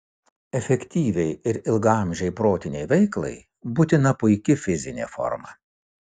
efektyviai ir ilgaamžei protinei veiklai būtina puiki fizinė forma